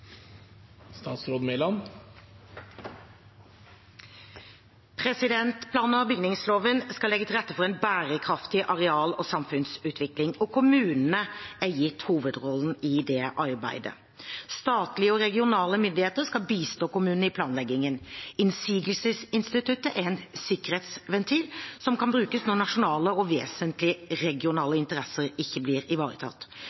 bygningsloven skal legge til rette for en bærekraftig areal- og samfunnsutvikling, og kommunene er gitt hovedrollen i det arbeidet. Statlige og regionale myndigheter skal bistå kommunene i planleggingen. Innsigelsesinstituttet er en sikkerhetsventil, som kan brukes når nasjonale og vesentlige